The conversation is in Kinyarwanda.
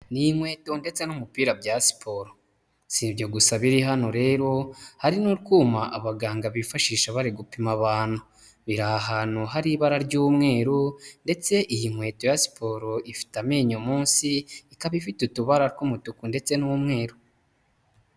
Ni inkweto ndetse n'umupira bya siporo. Si ibyo gusa biri hano rero hari n'utwuma abaganga bifashisha bari gupima abantu. Biri ahantu hari ibara ry'umweru ndetse iyi nkweto ya siporo ifite amenyo, munsi ikaba ifite utubara tw'umutuku ndetse n'umweru.